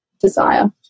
desire